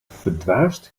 verdwaasd